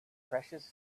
precious